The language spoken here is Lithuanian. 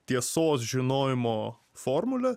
tiesos žinojimo formule